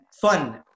fun